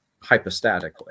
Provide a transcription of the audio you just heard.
hypostatically